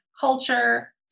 culture